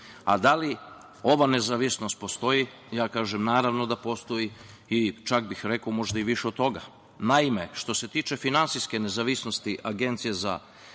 a da li ova nezavisnost postoji, ja kažem naravno da postoji i čak bih rekao možda i više od toga. Naime, što se tiče finansijske nezavisnosti Agencije, Agencija